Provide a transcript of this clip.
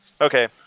Okay